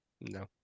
no